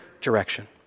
direction